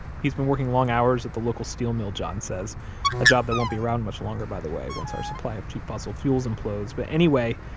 he's been working long hours at the local steel mill, john says a job that won't be around much longer, by the way, once our supply of cheap fossil fuels implodes but anyway,